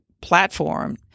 platform